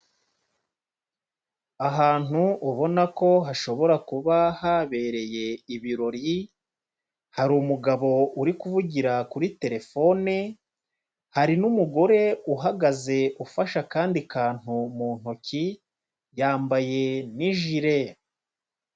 Ahantu ubona ko hashobora kuba habereye ibirori, hari umugabo uri kuvugira kuri telefone, hari n'umugore uhagaze ufashe akandi kantu mu ntoki, yambaye n'ijire.